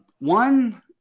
One